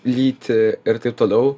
lytį ir taip toliau